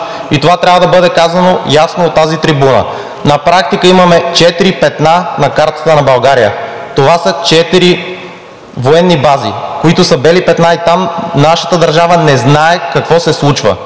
и това трябва да бъде казано ясно от тази трибуна. На практика имаме четири петна на картата на България и това са четири военни бази, които са бели петна, а там нашата държава не знае какво се случва